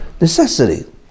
necessity